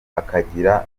akagira